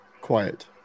Quiet